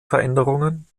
veränderungen